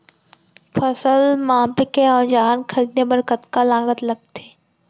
फसल मापके के औज़ार खरीदे बर कतका लागत लगथे?